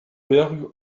berg